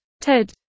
Ted